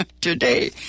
today